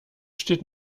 steht